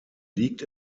liegt